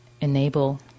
enable